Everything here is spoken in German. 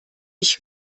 ich